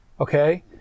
Okay